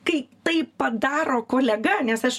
kai tai padaro kolega nes aš